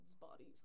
bodies